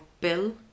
Bill